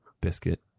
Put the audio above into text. biscuit